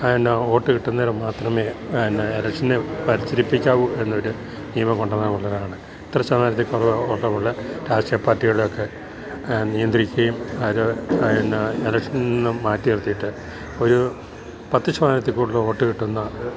എന്നാൽ ഓട്ട് കിട്ടുന്നോർ മാത്രമേ അന്ന എലക്ഷന് മത്സരിപ്പിക്കാവൂ എന്നൊരു നിയമങ്കൊണ്ടെന്നാ വളരെ നല്ലത് ഇത്ര ശതമാനത്തിക്കൊറവ് വൊട്ടൊള്ള രാഷ്ട്രീയ പാർട്ടികളേയെക്കെ നിയന്ത്രിയ്ക്കേം അര് എന്ന എലക്ഷനും മാറ്റിനിർത്തിട്ട് ഒരൂ പത്ത് ശതമാനത്തിക്കൂടല് ഓട്ട് കിട്ട്ന്ന